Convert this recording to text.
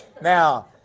Now